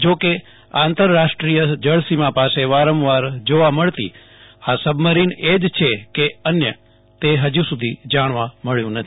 જો કે આંતર રાષ્ટ્રીય જળ સીમા પાસે વારંવાર જોવા મળતી સબ મરીન એ જ છે કે અન્ય તે હજુ સુ ધી જાણવા મળ્યું નથી